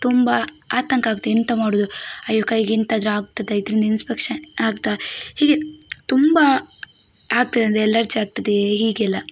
ತುಂಬ ಆತಂಕ ಆಗುತ್ತೆ ಎಂತ ಮಾಡುವುದು ಅಯ್ಯೋ ಕೈಗೆಂತಾದರೂ ಆಗ್ತದಾ ಇದರಿಂದ ಇನ್ಸ್ಪೆಕ್ಷನ್ ಆಗ್ತಾ ಹೀಗೆ ತುಂಬ ಆಗ್ತದಂದ್ರೆ ಅಲರ್ಜಿ ಆಗ್ತದೆ ಹೀಗೆಲ್ಲ